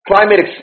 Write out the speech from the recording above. climate